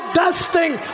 dusting